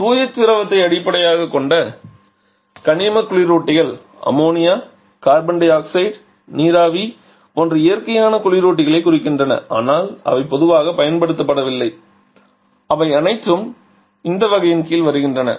தூய திரவத்தை அடிப்படையாகக் கொண்ட கனிம குளிரூட்டிகள் அம்மோனியா கார்பன் டை ஆக்சைடு நீர் நீராவி போன்ற இயற்கையான குளிரூட்டிகளைக் குறிக்கின்றன ஆனால் அவை பொதுவாகப் பயன்படுத்தப்படவில்லை ஆனால் அவை அனைத்தும் இந்த வகையின் கீழ் வருகின்றன